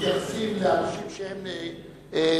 מתייחסים לאנשים שנפגעים,